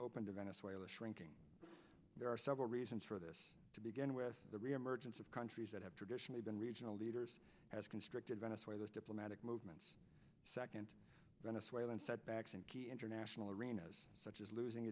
open to venezuela shrinking there are several reasons for this to begin with the reemergence of countries that have traditionally been regional leaders as constricted venice where those diplomatic movements second venezuelan setbacks and key international arenas such as losing